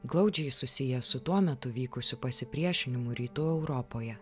glaudžiai susiję su tuo metu vykusiu pasipriešinimu rytų europoje